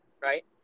right